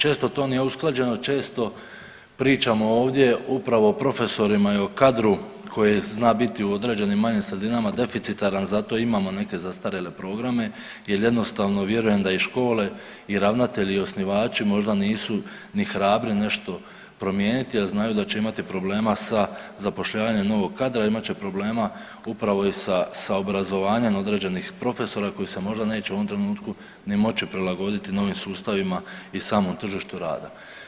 Često to nije usklađeno, često pričamo ovdje upravo o profesorima i o kadru koji zna biti u određenim manjim sredinama deficitaran i zato i imamo neke zastarjele programe jer jednostavno vjerujem da i škole i ravnatelji i osnivači možda nisu ni hrabri nešto promijeniti jer znaju da će imati problema sa zapošljavanjem novog kadra, imat će problema upravo i sa, sa obrazovanjem određenih profesora koji se možda neće u ovom trenutku ni moći prilagoditi novim sustavima i samom tržištu rada.